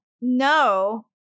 no